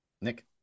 Nick